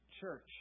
church